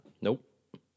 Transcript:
Nope